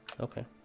okay